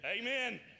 Amen